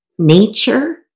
nature